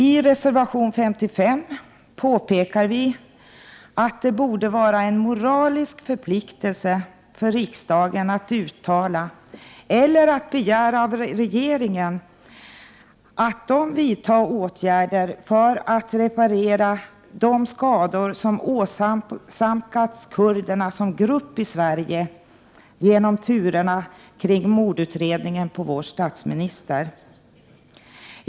I reservation 55 påpekar vi att det borde vara en moralisk förpliktelse för riksdagen att själv uttala eller begära av regeringen att den vidtar åtgärder så att den skada som åsamkats kurderna som grupp i Sverige genom turerna kring mordutredningen på vår statsminister kan minskas.